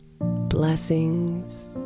Blessings